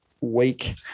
week